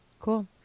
Cool